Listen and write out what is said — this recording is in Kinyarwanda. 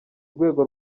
rwego